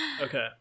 Okay